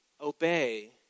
obey